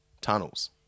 tunnels